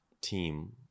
team